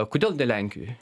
kodėl ne lenkijoj